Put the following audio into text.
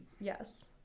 Yes